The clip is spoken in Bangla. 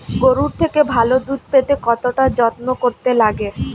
গরুর থেকে ভালো দুধ পেতে কতটা যত্ন করতে লাগে